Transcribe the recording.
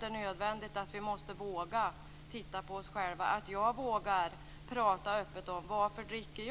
Det är nödvändigt att vi vågar titta på oss själva. Jag skall våga prata öppet om varför jag dricker